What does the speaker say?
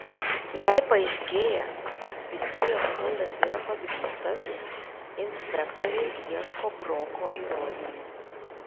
jei paaiškėja kad pirkėjo skundas yra pagrįstas inspektoriai ieško broko įrodymų